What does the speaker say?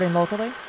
locally